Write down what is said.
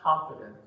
confident